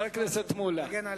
תגיד לנו